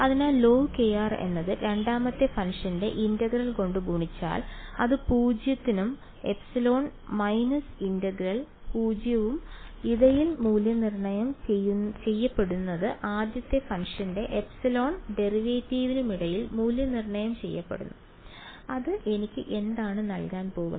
അതിനാൽ log എന്നത് രണ്ടാമത്തെ ഫംഗ്ഷന്റെ ഇന്റഗ്രൽ കൊണ്ട് ഗുണിച്ചാൽ അത് 0 നും ε മൈനസ് ഇന്റഗ്രൽ 0 നും ഇടയിൽ മൂല്യനിർണ്ണയം ചെയ്യപ്പെടുന്നതും ആദ്യത്തെ ഫംഗ്ഷന്റെ ε ഡെറിവേറ്റീവിനുമിടയിൽ മൂല്യനിർണ്ണയം ചെയ്യപ്പെടുന്നു അത് എനിക്ക് എന്താണ് നൽകാൻ പോകുന്നത്